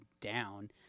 down